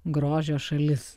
grožio šalis